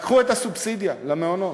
לקחו את הסובסידיה למעונות,